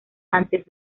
antes